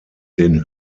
den